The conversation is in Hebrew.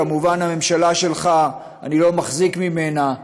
כמובן, הממשלה שלך, אני לא מחזיק ממנה,